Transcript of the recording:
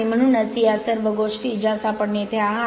आणि म्हणूनच या सर्व गोष्टी ज्यास आपण येथे आहेत